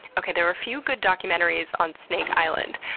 okay, there are a few good documentaries on snake island.